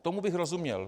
Tomu bych rozuměl.